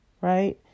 right